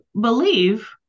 believe